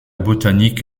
botanique